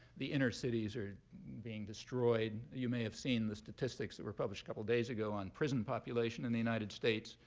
the inner cities are being destroyed. you may have seen the statistics that were published a couple of days ago on prison population in the united states.